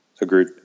Agreed